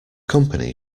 company